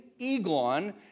Eglon